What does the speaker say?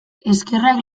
eskerrak